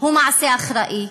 היא מעשה אחראי,